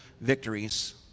victories